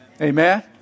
Amen